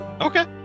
Okay